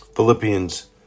Philippians